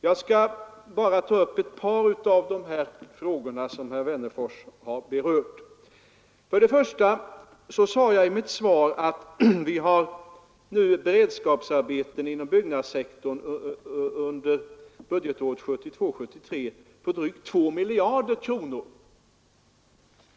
Jag skall bara ta upp ett par av de frågor som herr Wennerfors har berört. Först och främst sade jag i mitt svar att vi inom byggnadssektorn under budgetåret 1972/73 beslutade om beredskapsarbeten för drygt 2 miljarder kronor.